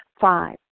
Five